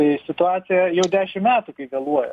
tai situacija jau dešim metų kaip vėluoja